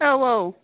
औ औ